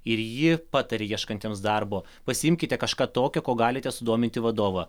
ir ji pataria ieškantiems darbo pasiimkite kažką tokio kuo galite sudominti vadovą